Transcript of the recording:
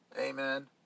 Amen